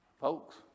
Folks